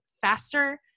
faster